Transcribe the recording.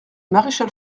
maréchal